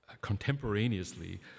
contemporaneously